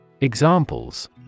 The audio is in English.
Examples